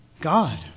God